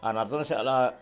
ఆ నర్తనశాల